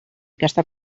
aquesta